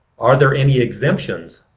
are there any exemptions?